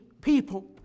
people